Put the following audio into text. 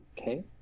Okay